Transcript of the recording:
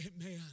Amen